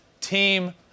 Team